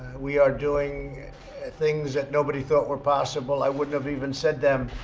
we are doing things that nobody thought were possible. i wouldn't have even said them,